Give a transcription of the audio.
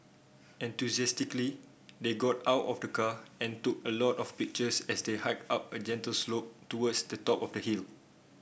enthusiastically they got out of the car and took a lot of pictures as they hiked up a gentle slope towards the top of the hill